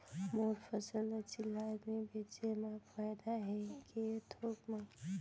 मोर फसल ल चिल्हर में बेचे म फायदा है के थोक म?